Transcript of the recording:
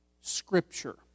Scripture